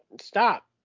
Stop